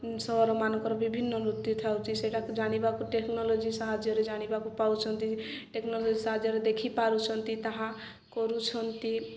ସହରମାନଙ୍କର ବିଭିନ୍ନ ନୃତ୍ୟ ଥାଉଛି ସେଇଟାକୁ ଜାଣିବାକୁ ଟେକ୍ନୋଲୋଜି ସାହାଯ୍ୟରେ ଜାଣିବାକୁ ପାଉଛନ୍ତି ଟେକ୍ନୋଲୋଜି ସାହାଯ୍ୟରେ ଦେଖିପାରୁଛନ୍ତି ତାହା କରୁଛନ୍ତି